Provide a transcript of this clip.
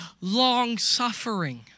long-suffering